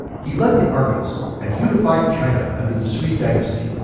he led the armies and unified china under the sui dynasty.